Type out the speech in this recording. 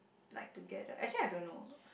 applied together actually I don't know